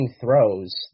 throws